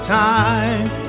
time